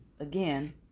again